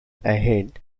ahead